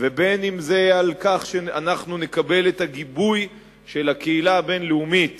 ובין על כך שאנחנו נקבל את הגיבוי של הקהילה הבין-לאומית